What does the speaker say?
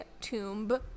tomb